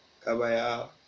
kabaya